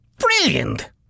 brilliant